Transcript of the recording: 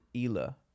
Ela